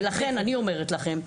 ולכן אני אומרת לכם,